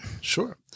Sure